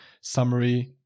summary